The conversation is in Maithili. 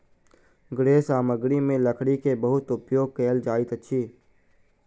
गृह सामग्री में लकड़ी के बहुत उपयोग कयल जाइत अछि